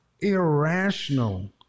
irrational